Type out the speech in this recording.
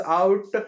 out